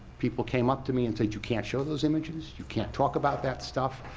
people came up to me and said, you can't show those images, you can't talk about that stuff,